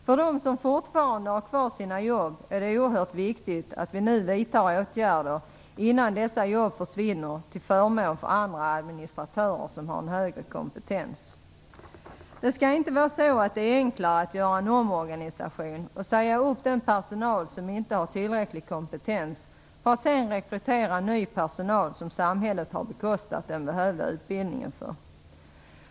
För dem som fortfarande har kvar sina jobb är det oerhört viktigt att vi vidtar åtgärder innan dessa jobb försvinner till förmån för administratörer som har en högre kompetens. Det skall inte vara enklare att göra en omorganisation innebärande att man säger upp personal som inte har tillräcklig kompetens och sedan rekryterar ny personal vars behövliga utbildning har bekostats av samhället.